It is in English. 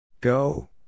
Go